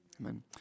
Amen